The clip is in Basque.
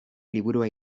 liburua